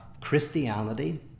christianity